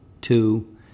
Two